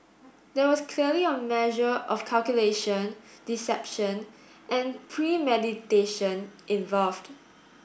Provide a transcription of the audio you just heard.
there was clearly a measure of calculation deception and premeditation involved